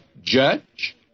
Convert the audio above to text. judge